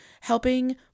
helping